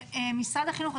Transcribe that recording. משרד החינוך,